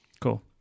Cool